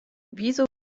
wieso